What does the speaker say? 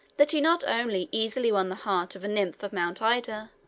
that he not only easily won the heart of a nymph of mount ida,